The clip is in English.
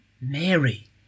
Mary